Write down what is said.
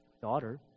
Daughter